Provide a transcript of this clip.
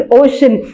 ocean